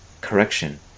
Correction